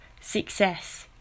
success